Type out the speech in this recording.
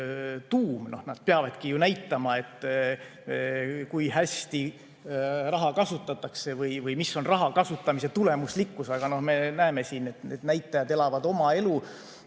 tuum, peavadki näitama, kui hästi raha kasutatakse või mis on raha kasutamise tulemuslikkus. Aga me näeme siin, et need näitajad elavad oma elu.